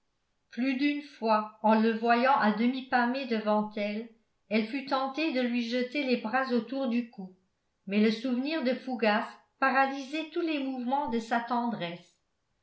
plus d'une fois en le voyant à demi pâmé devant elle elle fut tentée de lui jeter les bras autour du cou mais le souvenir de fougas paralysait tous les mouvements de sa tendresse